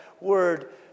Word